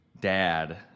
dad